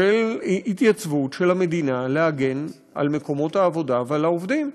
של התייצבות של המדינה להגן על מקומות העבודה ועל העובדים.